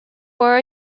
war